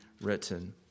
written